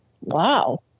wow